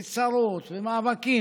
צרות ומאבקים.